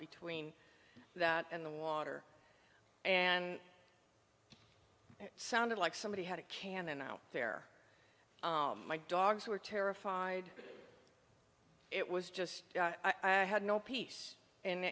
between that and the water and it sounded like somebody had a cannon out there my dogs were terrified it was just i had no peace and